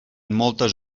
moltes